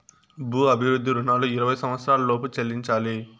భూ అభివృద్ధి రుణాలు ఇరవై సంవచ్చరాల లోపు చెల్లించాలి